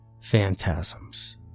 phantasms